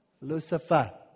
Lucifer